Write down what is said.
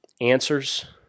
Answers